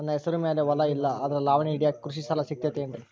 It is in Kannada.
ನನ್ನ ಹೆಸರು ಮ್ಯಾಲೆ ಹೊಲಾ ಇಲ್ಲ ಆದ್ರ ಲಾವಣಿ ಹಿಡಿಯಾಕ್ ಕೃಷಿ ಸಾಲಾ ಸಿಗತೈತಿ ಏನ್ರಿ?